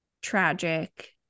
tragic